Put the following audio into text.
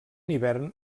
hivern